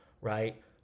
right